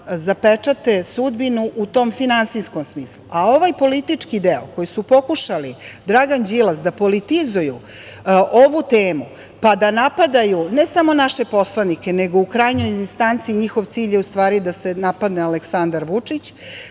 zapečate sudbinu u tom finansijskom smislu, a ovaj politički deo koji su pokušali, Dragan Đilas, da politizuju ovu temu, pa da napadaju ne samo naše poslanike, nego u krajnjoj distanci njihov cilj je u stvari da se napadne Aleksandar Vučić,